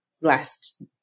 last